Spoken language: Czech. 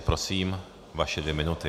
Prosím, vaše dvě minuty.